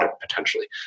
potentially